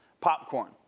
popcorn